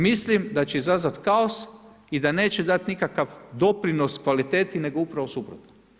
Mislim da će izazvati kaos i da neće dati nikakav doprinos kvaliteti nego upravo suprotno.